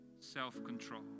self-control